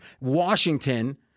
Washington